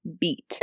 beat